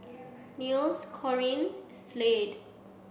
Nils Corine and Slade